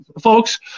folks